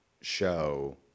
show